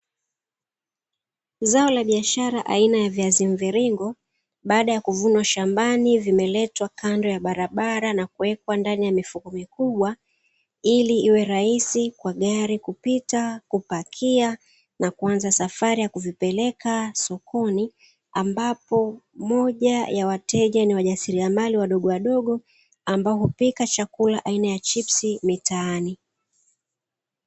Zao la biashara aina ya viazi mviringo baada ya kuvunwa shambani vimeletwa kando ya barabara na kuwekwa ndani ya mifuko mikubwa; ili iwe rahisi kwa gari kupita, kupakia na kuanza safari ya kuvipeleka sokoni. Ambapo moja ya wateja ni wajasiriamali wadogowadogo ambao hupika chakula aina ya chipsi mitaani.